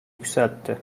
yükseltti